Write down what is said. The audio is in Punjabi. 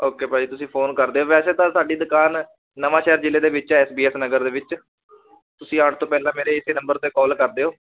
ਓਕੇ ਭਾਅ ਜੀ ਤੁਸੀਂ ਫੋਨ ਕਰ ਦਿਓ ਵੈਸੇ ਤਾਂ ਸਾਡੀ ਦੁਕਾਨ ਨਵਾਂ ਸ਼ਹਿਰ ਜਿਲ੍ਹੇ ਦੇ ਵਿੱਚ ਹੈ ਐੱਸ ਬੀ ਐੱਸ ਨਗਰ ਦੇ ਵਿੱਚ ਤੁਸੀਂ ਆਉਣ ਤੋਂ ਪਹਿਲਾਂ ਮੇਰੇ ਇਸੇ ਨੰਬਰ 'ਤੇ ਕਾਲ ਕਰ ਦਿਓ